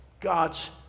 God's